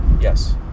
Yes